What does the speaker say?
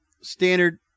standard